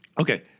Okay